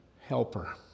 helper